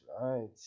right